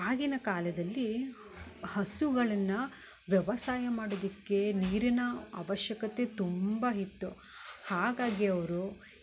ಆಗಿನ ಕಾಲದಲ್ಲಿ ಹಸುಗಳನ್ನ ವ್ಯವಸಾಯ ಮಾಡೋದಿಕ್ಕೆ ನೀರಿನ ಆವಶ್ಯಕತೆ ತುಂಬ ಇತ್ತು ಹಾಗಾಗಿ ಅವರು